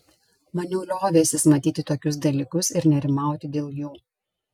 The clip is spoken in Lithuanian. maniau liovęsis matyti tokius dalykus ir nerimauti dėl jų